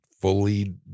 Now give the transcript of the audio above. fully